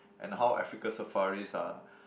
and how Africa safaris are